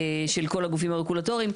של כל הגופים הרגולטוריים?